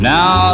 Now